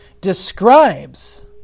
describes